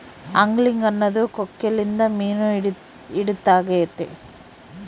angling ಅನ್ನೊದು ಕೊಕ್ಕೆಲಿಂದ ಮೀನು ಹಿಡಿದಾಗೆತೆ